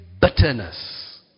bitterness